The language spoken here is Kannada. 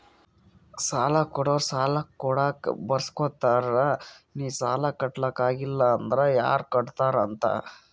ಸಾಲಾ ಕೊಡೋರು ಸಾಲಾ ಕೊಡಾಗ್ ಬರ್ಸ್ಗೊತ್ತಾರ್ ನಿ ಸಾಲಾ ಕಟ್ಲಾಕ್ ಆಗಿಲ್ಲ ಅಂದುರ್ ಯಾರ್ ಕಟ್ಟತ್ತಾರ್ ಅಂತ್